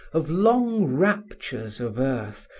of long raptures of earth,